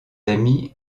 amis